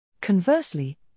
Conversely